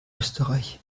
österreich